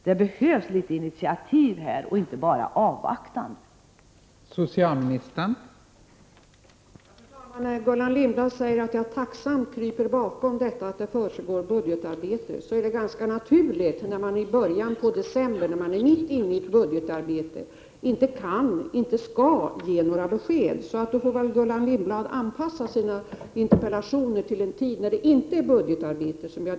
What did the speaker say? Det behövs initiativ och inte bara avvaktande på detta område.